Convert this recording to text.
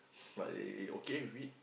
but they okay with it